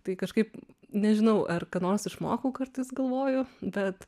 tai kažkaip nežinau ar ką nors išmokau kartais galvoju bet